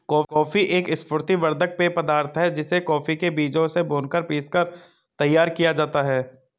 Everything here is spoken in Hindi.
कॉफी एक स्फूर्ति वर्धक पेय पदार्थ है जिसे कॉफी के बीजों से भूनकर पीसकर तैयार किया जाता है